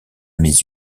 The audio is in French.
mes